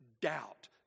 doubt